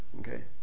Okay